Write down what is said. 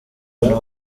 abantu